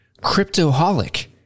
Cryptoholic